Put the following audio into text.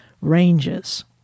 ranges